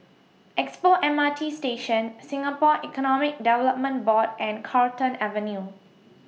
Expo M R T Station Singapore Economic Development Board and Carlton Avenue